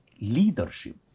leadership